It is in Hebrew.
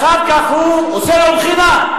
אחר כך הוא עושה לו בחינה.